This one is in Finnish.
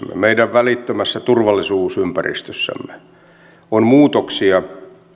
meidän välittömässä turvallisuusympäristössämme on muutoksia